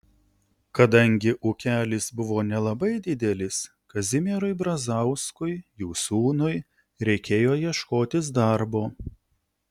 kadangi ūkelis buvo nelabai didelis kazimierui brazauskui jų sūnui reikėjo ieškotis darbo